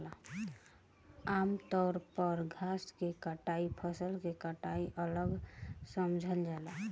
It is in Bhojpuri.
आमतौर पर घास के कटाई फसल के कटाई अलग समझल जाला